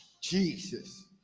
Jesus